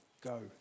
go